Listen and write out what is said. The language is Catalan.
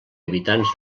habitants